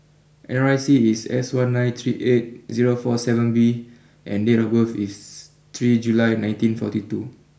N R I C is S one nine three eight zero four seven V and date of birth is three July nineteen forty two